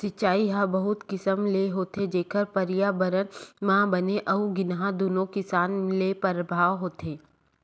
सिचई ह बहुत किसम ले होथे जेखर परयाबरन म बने अउ गिनहा दुनो किसम ले परभाव होथे